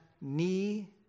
knee